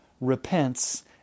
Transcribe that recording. repents